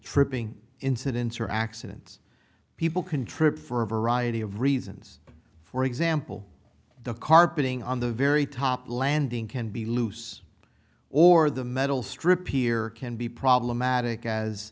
tripping incidents or accidents people can trip for a variety of reasons for example the carpeting on the very top landing can be loose or the metal strip here can be problematic as